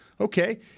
okay